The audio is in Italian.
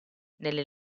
nelle